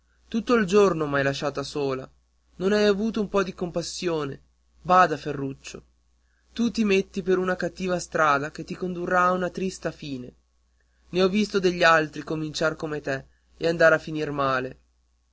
tutto il giorno m'hai lasciata sola non hai avuto un po di compassione bada ferruccio tu ti metti per una cattiva strada che ti condurrà a una triste fine ne ho visti degli altri cominciar come te e andar a finir male